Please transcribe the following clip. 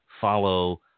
follow